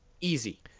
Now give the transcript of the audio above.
Easy